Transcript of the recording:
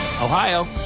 Ohio